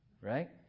right